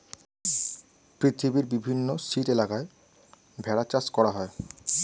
পৃথিবীর বিভিন্ন শীতল এলাকায় ভেড়া চাষ করা হয়